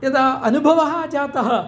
यदा अनुभवः जातः